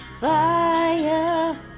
fire